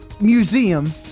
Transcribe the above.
museum